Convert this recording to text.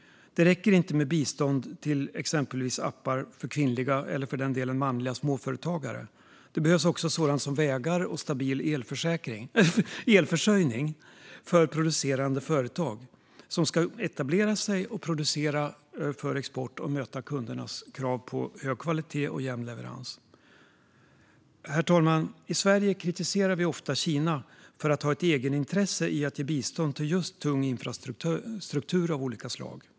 Det räcker inte med bistånd till exempelvis appar för kvinnliga, eller för den delen manliga, småföretagare. Det behövs också sådant som vägar och stabil elförsörjning för att producerande företag ska kunna etablera sig, producera för export och möta kundernas krav på hög kvalitet och jämn leverans. Herr talman! I Sverige kritiserar vi ofta Kina för att ha ett egenintresse i att ge bistånd till just tung infrastruktur av olika slag.